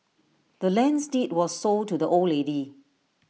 the land's deed was sold to the old lady